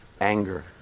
Anger